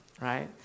right